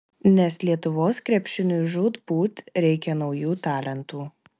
nes lietuvos krepšiniui žūtbūt reikia naujų talentų